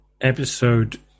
episode